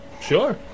sure